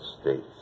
States